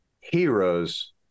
heroes